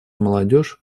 молодежь